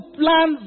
plan